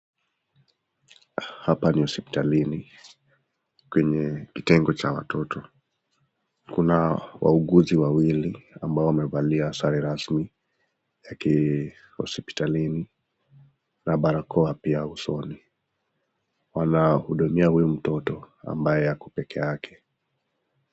Hapa ni hospitalini. Kwenye kitengo cha watoto , Kuna wauguzi wawili ambao wamevalia sare rasmi ya kihospitalini na barakoa pia usoni. Wanahudumia huyu mtoto ambaye Ako pekee yake